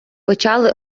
почали